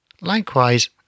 Likewise